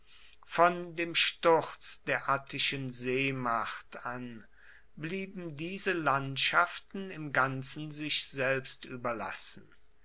von dem sturz der attischen seemacht an blieben diese landschaften im ganzen sich selbst überlassen